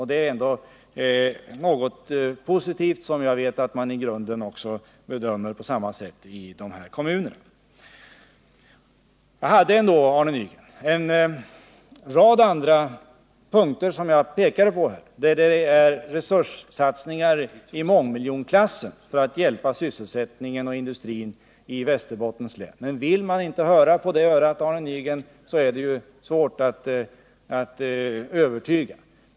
Det är ändå något positivt, som jag vet också uppfattas som positivt ute i dessa kommuner. Jag pekade ändå på en rad andra punkter, Arne Nygren. Det var resurssatsningar i mångmiljonklassen för att hjälpa sysselsättningen och industrin i Västerbottens län, men vill Arne Nygren inte höra på det örat är det svårt att övertyga.